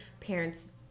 parents